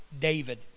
David